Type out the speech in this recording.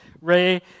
Ray